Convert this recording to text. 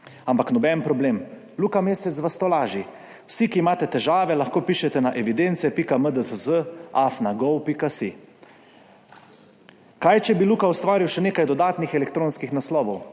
to ni noben problem, Luka Mesec vas tolaži, vsi, ki imate težave, lahko pišete na evidence.mddsz@gov.si. Kaj pa, če bi Luka ustvaril še nekaj dodatnih elektronskih naslovov,